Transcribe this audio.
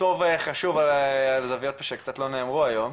טוב וחשוב על הזוויות שקצת לא נאמרו היום,